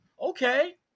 okay